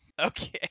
okay